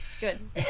Good